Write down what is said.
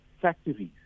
factories